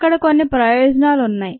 అక్కడ కొన్ని ప్రయోజనాలున్నాయి